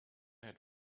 had